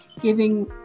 giving